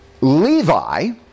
Levi